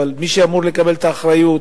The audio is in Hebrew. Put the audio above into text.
אבל מי שאמור לקבל את האחריות